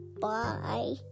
bye